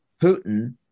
Putin